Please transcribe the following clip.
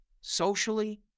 socially